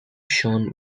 shone